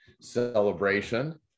celebration